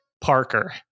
Parker